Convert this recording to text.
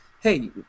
hey